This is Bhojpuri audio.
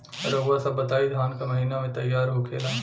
रउआ सभ बताई धान क महीना में तैयार होखेला?